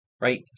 Right